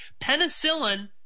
penicillin